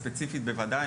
ספציפית בוודאי.